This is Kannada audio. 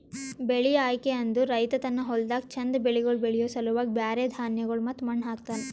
ಬೆಳಿ ಆಯ್ಕೆ ಅಂದುರ್ ರೈತ ತನ್ನ ಹೊಲ್ದಾಗ್ ಚಂದ್ ಬೆಳಿಗೊಳ್ ಬೆಳಿಯೋ ಸಲುವಾಗಿ ಬ್ಯಾರೆ ಧಾನ್ಯಗೊಳ್ ಮತ್ತ ಮಣ್ಣ ಹಾಕ್ತನ್